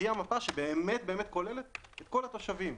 יידע שהיא המפה שבאמת כוללת את כל התושבים,